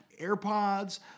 Airpods